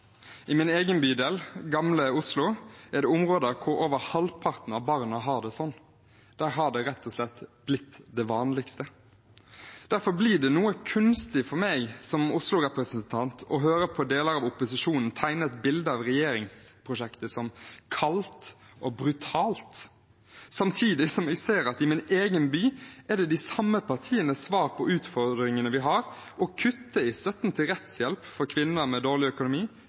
I min egen bydel, Gamle Oslo, er det områder hvor over halvparten av barna har det sånn. Der er det rett og slett blitt det vanligste. Derfor blir det noe kunstig for meg som Oslo-representant å høre deler av opposisjonen tegne et bilde av regjeringsprosjektet som «kaldt» og «brutalt», samtidig som vi i min egen by ser at de samme partienes svar på utfordringene vi har, er å kutte i støtten til rettshjelp for kvinner med dårlig økonomi,